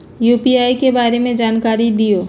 UPI के बारे में जानकारी दियौ?